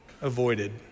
avoided